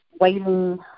waiting